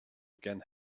again